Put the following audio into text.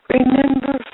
Remember